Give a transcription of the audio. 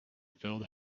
filled